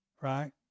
Right